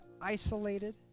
isolated